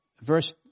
verse